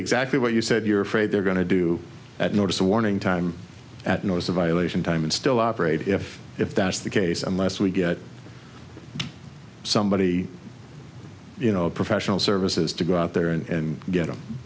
exactly what you said you're afraid they're going to do notice a warning time at north a violation time and still operate if if that's the case unless we get somebody you know a professional services to go out there and get them